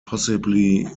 possibly